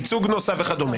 ייצוג נוסף וכו'?